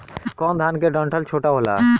कौन धान के डंठल छोटा होला?